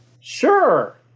Sure